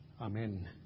Amen